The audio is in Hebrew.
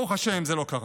ברוך השם, זה לא קרה.